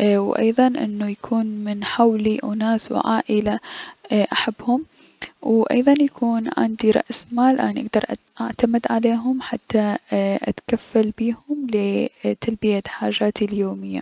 ايي- و ايضا انو يكون من حولي اناس و عائلة احبهم و ايضا انو يكون عندي رأس مال اني اكدر اعتمد عليهم و اتكفل بيهم لتلبية حاجاتي اليومية.